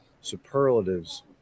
superlatives